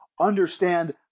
understand